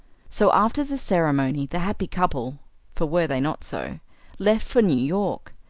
so after the ceremony the happy couple for were they not so left for new york.